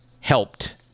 helped